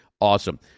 awesome